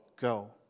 Go